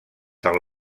del